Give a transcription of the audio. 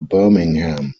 birmingham